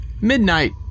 Midnight